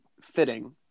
fitting